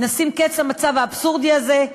נשים קץ למצב האבסורדי הזה,